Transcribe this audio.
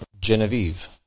Genevieve